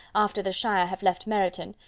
after the shire have left meryton,